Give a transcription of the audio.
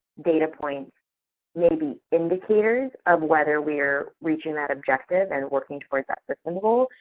data points may be indicators of whether we are reaching that objective and working towards that system goal.